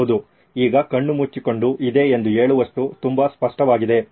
ಹೌದು ಈಗ ಕಣ್ಣುಮುಚ್ಚಿಕೊಂಡು ಇದೇ ಎಂದು ಹೇಳುವಷ್ಟು ತುಂಬ ಸ್ಪಷ್ಟವಾಗಿದೆ